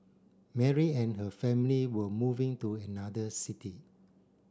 Mary and her family were moving to another city